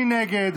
מי נגד?